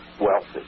wealthy